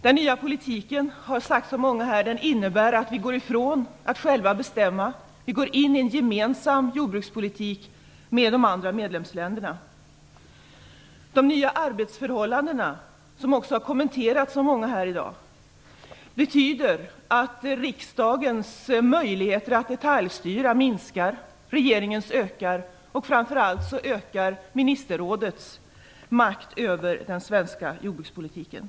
Det har sagts av många här att den nya politiken innebär att vi går ifrån att själva bestämma. Vi går in i en gemensam jordbrukspolitik med de andra medlemsländerna. De nya arbetsförhållandena, som också har kommenterats av många här i dag, innebär att riksdagens möjligheter att detaljstyra minskar medan regeringens möjligheter ökar. Framför allt ökar ministerrådets makt över den svenska jordbrukspolitiken.